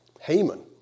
Haman